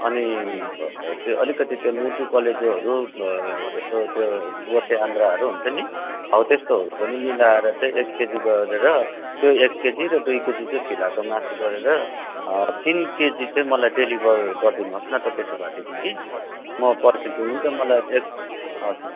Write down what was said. अनि त्यो अलिकति त्यो मुटु कलेजोहरू यसो त्यो बोसे आन्द्राहरू हुन्छ नि हौ त्यस्तोहरू पनि मिलाएर चाहिँ एक केजी गरेर त्यो एक केजी र दुई केजी चाहिँ फिलाको मासु गरेर तिन केजी चाहिँ मलाई डेलिभर गरिदिनुहोस् न त त्यसो भएदेखिन् कि म पर्खिन्छु हुन्छ मलाई एक